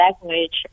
language